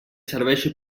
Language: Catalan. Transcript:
serveixi